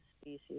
species